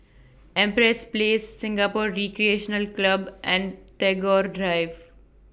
Empress Place Singapore Recreational Club and Tagore Drive